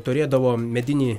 turėdavo medinį